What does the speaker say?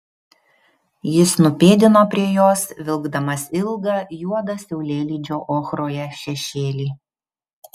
jis nupėdino prie jos vilkdamas ilgą juodą saulėlydžio ochroje šešėlį